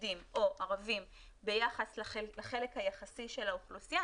יהודים או ערבים ביחס לחלק היחסי של האוכלוסייה,